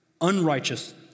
Unrighteous